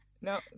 No